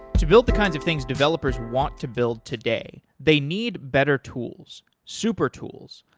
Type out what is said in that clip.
to build the kind of things developers want to build today, they need better tools, super tools,